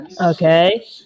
Okay